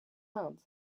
inde